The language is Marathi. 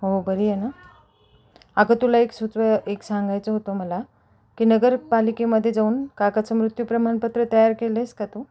हो बरी आहे ना अगं तुला एक सुचव एक सांगायचं होतं मला की नगरपालिकेमध्ये जाऊन काकाचं मृत्यू प्रमाणपत्र तयार केलं आहेस का तू